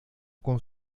con